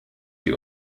die